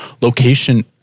location